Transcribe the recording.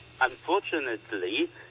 unfortunately